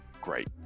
great